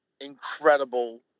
incredible